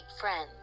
friends